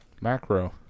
macro